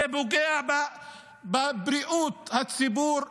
זה פוגע בבריאות הציבור,